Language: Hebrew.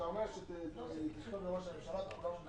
אתה אומר שתכתוב מכתב לראש הממשלה -- קודם